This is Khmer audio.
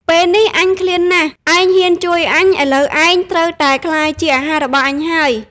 ពេលនេះ អញឃ្លានណាស់ ឯងហ៊ានជួយអញ ឥឡូវឯងត្រូវតែក្លាយជាអាហាររបស់អញហើយ។